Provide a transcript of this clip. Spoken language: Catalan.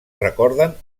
recorden